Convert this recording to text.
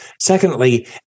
Secondly